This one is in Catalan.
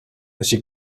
així